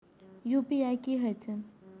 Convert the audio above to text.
UPI की होई छै?